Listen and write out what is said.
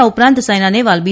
આ ઉપરાંત સાયના નહેવાલ બી